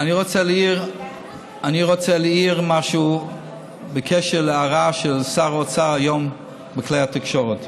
אני רוצה להעיר משהו בקשר להערה של שר האוצר היום בכלי התקשורת.